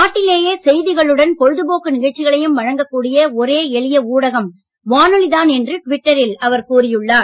நாட்டிலேயே செய்திகளுடன் பொழுதுபோக்கு நிகழ்ச்சிகளையும் வழங்கக் கூடிய ஒரே எளிய ஊடகம் வானொலி தான் என்று டுவிட்டரில் அவர் கூறி உள்ளார்